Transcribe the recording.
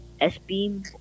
S-Beam